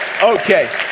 Okay